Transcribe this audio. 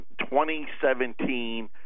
2017